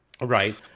Right